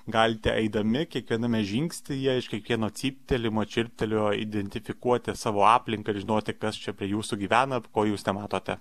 galite eidami kiekviename žingsnyje iš kiekvieno cyptelėjimo čirptelėjo identifikuoti savo aplinką ir žinoti kas čia prie jūsų gyvena ko jūs nematote